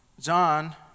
John